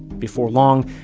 before long,